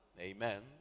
Amen